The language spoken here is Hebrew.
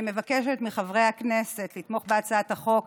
אני מבקשת מחברי הכנסת לתמוך בהצעת החוק.